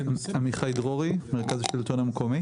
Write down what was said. עמיחי דרורי, היחידה הכלכלית, מרכז השלטון המקומי.